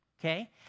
okay